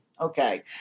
Okay